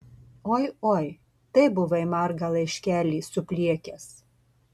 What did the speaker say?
oi oi tai buvai margą laiškelį supliekęs